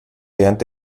lernt